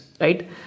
right